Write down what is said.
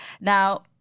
now